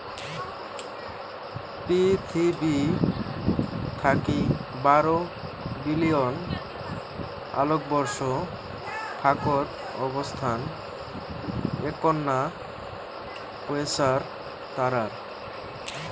পিথীবি থাকি বারো বিলিয়ন আলোকবর্ষ ফাকত অবস্থান এ্যাকনা কোয়েসার তারার